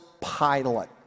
pilot